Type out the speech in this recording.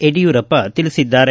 ಯಡಿಯೂರಪ್ಪ ತಿಳಿಸಿದ್ದಾರೆ